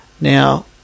Now